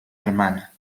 hermana